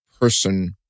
person